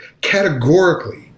categorically